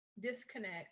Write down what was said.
disconnect